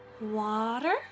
water